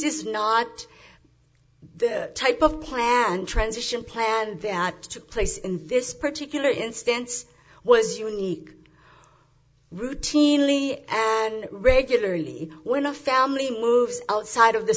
is not the type of plan transition plan took place in this particular instance was unique routinely and regularly when a family moves outside of the